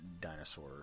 dinosaur